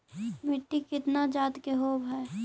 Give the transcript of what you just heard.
मिट्टी कितना जात के होब हय?